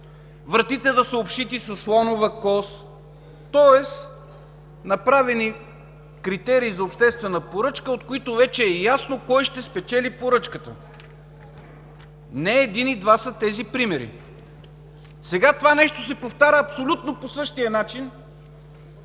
вратите да са обшити със слонова кост, тоест, направени критерии за обществена поръчка, от които вече е ясно кой ще спечели поръчката. Не един и два са тези примери. Сега това нещо се повтаря по същия начин,